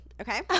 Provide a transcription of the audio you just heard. okay